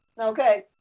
Okay